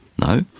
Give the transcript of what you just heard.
No